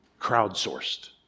crowdsourced